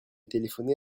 téléphoné